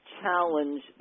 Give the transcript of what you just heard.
challenge